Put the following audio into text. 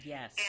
Yes